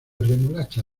remolacha